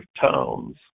towns